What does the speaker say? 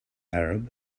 arab